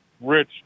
rich